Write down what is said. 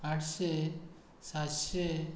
आठशे सातशे